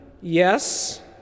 yes